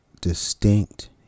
distinct